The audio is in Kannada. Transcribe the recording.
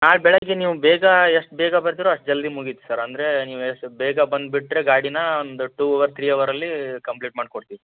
ನಾಳೆ ಬೆಳಗ್ಗೆ ನೀವು ಬೇಗ ಎಷ್ಟು ಬೇಗ ಬರ್ತೀರೋ ಅಷ್ಟು ಜಲ್ದಿ ಮುಗಿಯುತ್ತೆ ಸರ್ ಅಂದರೆ ನೀವು ಎಷ್ಟು ಬೇಗ ಬಂದ್ಬಿಟ್ರೆ ಗಾಡಿನ ಒಂದು ಟು ಅವರ್ ಥ್ರೀ ಅವರಲ್ಲಿ ಕಂಪ್ಲೀಟ್ ಮಾಡ್ಕೊಡ್ತೀವಿ